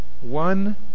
One